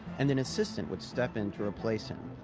and an assistant would step in to replace him.